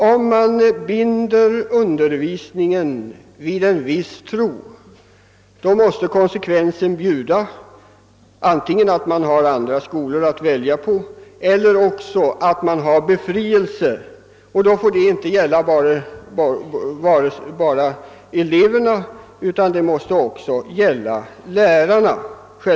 Om man binder undervisningen vid en viss tro, måste konsekvensen bli antingen att man har andra skolor att välja på eller också att man lämnar ber frielse från undervisningen i religionsämnet. Detta får då inte gälla bara eleverna utan självfallet också lärarna.